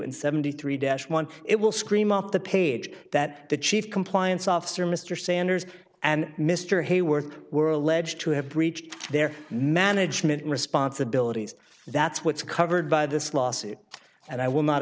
and seventy three dash one it will scream up the page that the chief compliance officer mr sanders and mr hayward were alleged to have breached their management responsibilities that's what's covered by this lawsuit and i will not